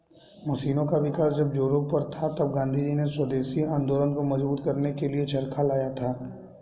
मशीनों का विकास जब जोरों पर था तब गाँधीजी ने स्वदेशी आंदोलन को मजबूत करने के लिए चरखा चलाया था